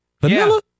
Vanilla